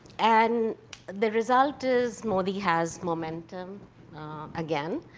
and the result is, modi has momentum again.